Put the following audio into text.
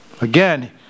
Again